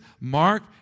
Mark